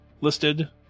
listed